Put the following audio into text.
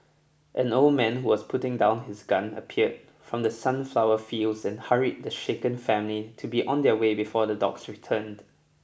an old man who was putting down his gun appeared from the sunflower fields and hurried the shaken family to be on their way before the dogs returned